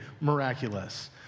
miraculous